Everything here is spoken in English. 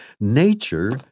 nature